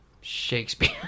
Shakespeare